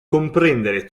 comprendere